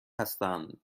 هستن